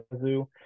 Zoo